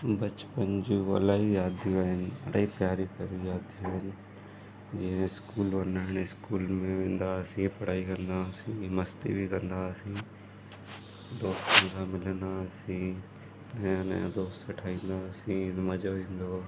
बचपन जूं इलाही यादियूं आहिनि इलाही प्यारी प्यारी यादियूं आइन जीअं स्कूल वञण स्कूल में वेंदा हुआसीं पढ़ाई कंदा हुआसीं मस्ती बि कंदा हुआसीं दोस्तनि सां मिलंदा हुआसीं ऐं नए दोस्त ठाहींदा हुआसीं मज़ो ईंदो हुओ